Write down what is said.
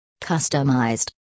Customized